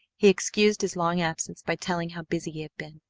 he excused his long absence by telling how busy he had been.